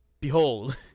behold